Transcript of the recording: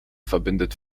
verbindet